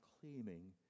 claiming